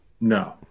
no